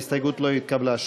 ההסתייגות לא התקבלה.